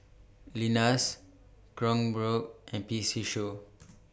Lenas Kronenbourg and P C Show